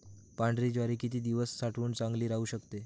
पांढरी ज्वारी किती दिवस साठवून चांगली राहू शकते?